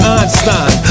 Einstein